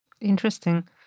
Interesting